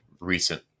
recent